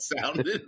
sounded